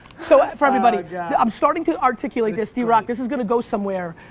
so for everybody i'm starting to articulate this, drock, this is going to go somewhere.